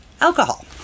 alcohol